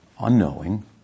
unknowing